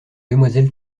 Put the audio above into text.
demoiselle